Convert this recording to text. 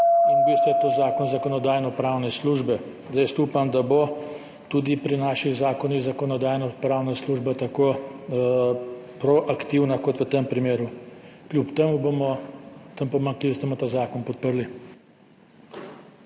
in v bistvu je to zakon Zakonodajno-pravne službe. Jaz upam, da bo tudi pri naših zakonih Zakonodajno-pravna služba tako proaktivna kot v tem primeru. Kljub tem pomanjkljivostim bomo ta zakon podprli.